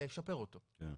לשפר אותו, כן.